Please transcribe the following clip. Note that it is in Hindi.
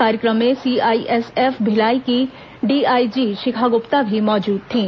कार्यक्रम में सीआईएसएफ भिलाई की डीआईजी शिखा गुप्ता भी मौजूद थीं